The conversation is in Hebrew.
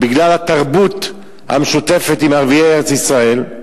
בגלל התרבות המשותפת עם ערביי ארץ-ישראל,